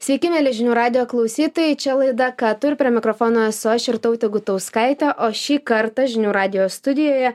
sveiki mieli žinių radijo klausytojai čia laida ką tu ir prie mikrofono esu aš irtautė gutauskaitė o šį kartą žinių radijo studijoje